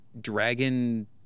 dragon